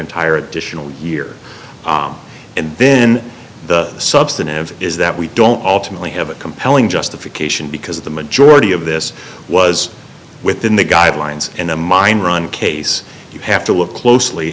entire additional year and then the substantive is that we don't alternately have a compelling justification because the majority of this was within the guidelines in a mine run case you have to look closely